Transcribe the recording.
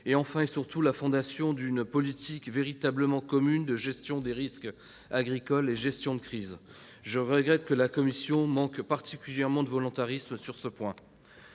production et, surtout, la fondation d'une politique véritablement commune de gestion des risques agricoles et de gestion de crise. Je regrette que la Commission européenne manque particulièrement de volontarisme sur ce point.